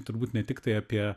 turbūt ne tiktai apie